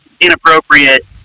inappropriate